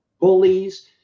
bullies